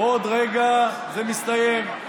ועוד רגע זה מסתיים,